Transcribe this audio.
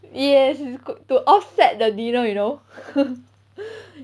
yes it's good to offset the dinner you know